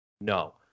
No